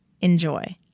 Enjoy